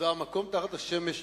מקום תחת השמש,